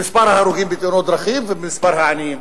במספר ההרוגים בתאונות דרכים ובמספר העניים